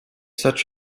such